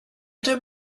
don’t